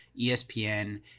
ESPN